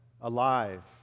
alive